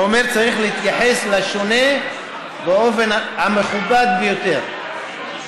זה אומר שצריך להתייחס לשונה באופן המכובד ביותר.